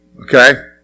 Okay